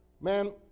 Man